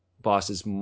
bosses